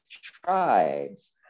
tribes